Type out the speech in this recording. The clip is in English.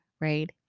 right